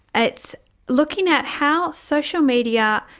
it's looking at how social media,